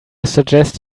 suggest